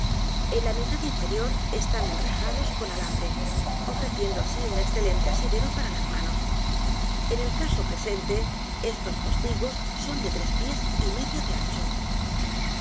en la mitad inferior están enrejados con alambre ofreciendo así un excelente asidero p a r a los manos en el caso presente estos postigos son de tres pies y medio de ancho